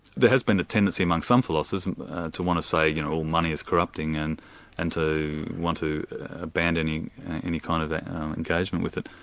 there has been a tendency among some philosophers to want to say you know all money is corrupting, and and to want to abandon any any kind of engagement with it.